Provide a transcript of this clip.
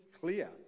clear